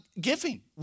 giving